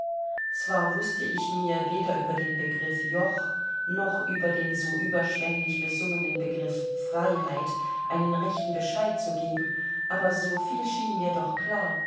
zwar wußte ich mir weder über den begriff joch noch über den so überschwänglich besungenen begriff freiheit einen rechten bescheid zu geben aber so viel schien mir doch klar